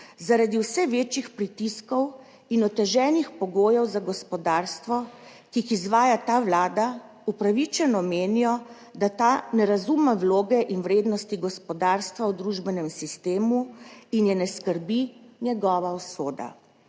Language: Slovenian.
Zaradi vse večjih pritiskov in oteženih pogojev za gospodarstvo, ki jih izvaja ta vlada, upravičeno menijo, da ta ne razume vloge in vrednosti gospodarstva v družbenem sistemu in je ne skrbi njegova usoda.